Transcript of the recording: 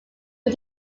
but